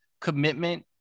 commitment